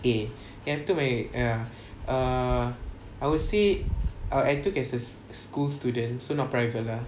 eh I took my err I would say I took as school students so not private lah